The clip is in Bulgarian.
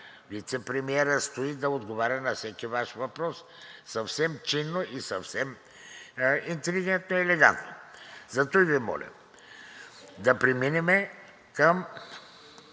вицепремиерът стои да отговаря на всеки Ваш въпрос, съвсем чинно, съвсем интелигентно и елегантно. Затова Ви моля да преминем към